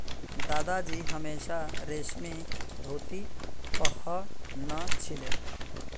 दादाजी हमेशा रेशमी धोती पह न छिले